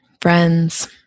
friends